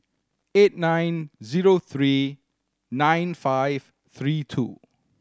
eight nine zero three nine five three two